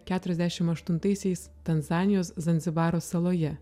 keturiasdešim aštuntaisiais tanzanijos zanzibaro saloje